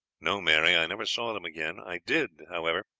no, mary, i never saw them again. i did, however,